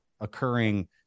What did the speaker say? occurring